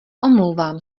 omlouvám